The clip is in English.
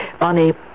Bonnie